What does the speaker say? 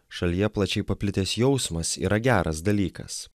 šalyje plačiai paplitęs jausmas yra geras dalykas